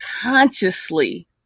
consciously